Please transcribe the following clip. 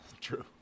true